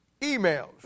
emails